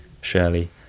Shirley